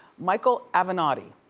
michael avenatti.